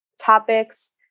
topics